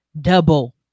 double